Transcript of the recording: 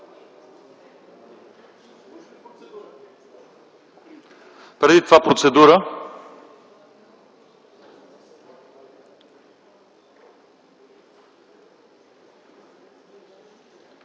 Преди това процедура.